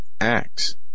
acts